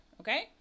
okay